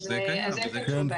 אז אין כאן שום בעיה.